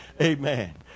amen